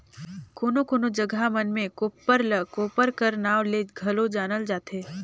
कोनो कोनो जगहा मन मे कोप्पर ल कोपर कर नाव ले घलो जानल जाथे